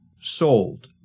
sold